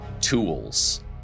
tools